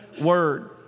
word